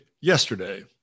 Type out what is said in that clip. yesterday